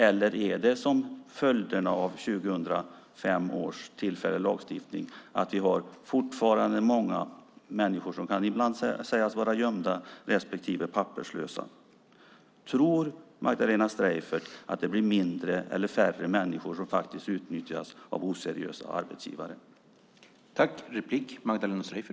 Eller är det så, som följderna var av 2005 års tillfälliga lagstiftning, att vi fortfarande har många människor som ibland kan sägas vara gömda respektive papperslösa? Tror Magdalena Streijffert att det därmed blir färre människor som utnyttjas av oseriösa arbetsgivare?